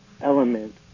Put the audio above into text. element